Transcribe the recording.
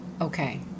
Okay